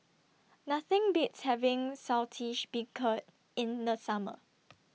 Nothing Beats having Saltish Beancurd in The Summer